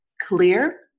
clear